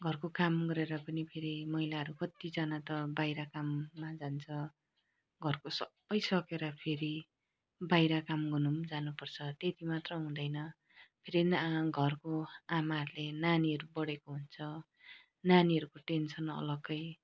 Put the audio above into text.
घरको काम गरेर पनि फेरि महिलाहरू कतिजना त बाहिर काममा जान्छ घरको सबै सकेर फेरि बाहिर काम गर्नु पनि जानुपर्छ त्यति मात्र हुँदैन फेरि घरको आमाहरूले नानीहरू पढेको हुन्छ नानीहरूको टेन्सन अलग्गै